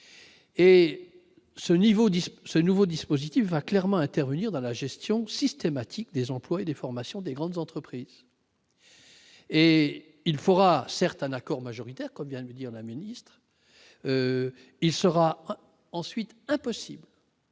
10 ce nouveau dispositif va clairement intervenir dans la gestion systématique des emplois et des formations, des grandes entreprises et il faudra certes un accord majoritaire, comme vient de le dire, la ministre, il sera ensuite impossible.